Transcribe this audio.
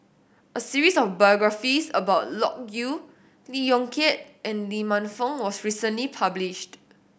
a series of biographies about Loke Yew Lee Yong Kiat and Lee Man Fong was recently published